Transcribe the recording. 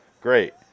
great